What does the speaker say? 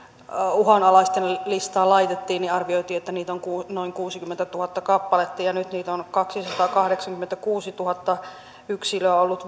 uhanalaisten listaan laitettiin niin arvioitiin että niitä on noin kuusikymmentätuhatta kappaletta nyt niitä on kaksisataakahdeksankymmentäkuusituhatta yksilöä ollut